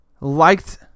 liked